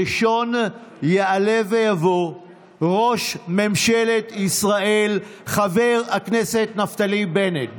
ראשון יעלה ויבוא ראש ממשלת ישראל חבר הכנסת נפתלי בנט,